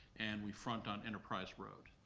and we front on enterprise road.